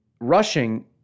Rushing